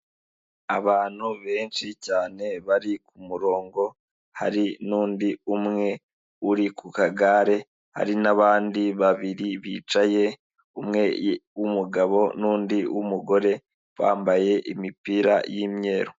Abantu benshi cyane bari ku murongo, hari n'undi umwe uri ku kagare, hari n'abandi babiri bicaye, umwe w'umugabo n'undi w'umugore, bambaye imipira y'imyeru.